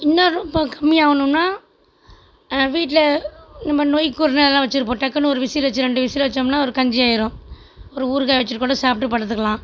இன்னும் ரொம்ப கம்மி ஆவணும்னால் வீட்டில் நம்ப நொய் குருணை எல்லாம் வச்சுருப்போம் டக்குனு ஒரு விசில் வச்சு ரெண்டு விசில் வெச்சோம்னால் ஒரு கஞ்சி ஆயிடும் ஒரு ஊறுகாய் வச்சுக்கூட சாப்பிட்டு படுத்துக்கலாம்